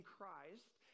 Christ